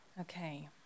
Okay